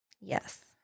Yes